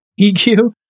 EQ